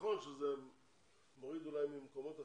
נכון שזה מוריד אולי ממקומות אחרים,